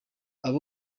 aba